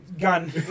gun